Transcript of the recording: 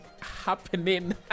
happening